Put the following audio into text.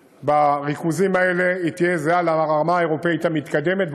בריכוזים האלה היא תהיה זהה לרמה האירופית המתקדמת,